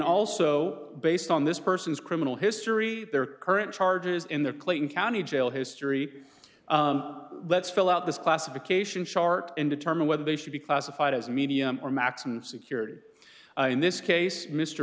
also based on this person's criminal history there are current charges in the clayton county jail history let's fill out this classification chart and determine whether they should be classified as medium or maximum security in this case mr